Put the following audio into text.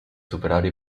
superare